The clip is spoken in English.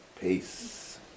Peace